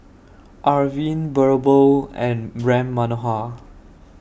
Arvind Birbal and Ram Manohar